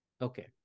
Okay